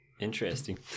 interesting